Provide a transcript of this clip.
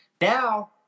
Now